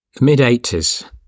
mid-80s